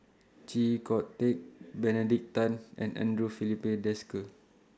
Chee Kong Tet Benedict Tan and Andre Filipe Desker